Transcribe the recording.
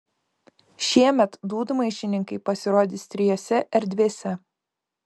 šiemet dūdmaišininkai pasirodys trijose erdvėse